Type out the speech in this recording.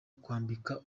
kwambika